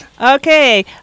Okay